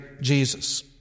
Jesus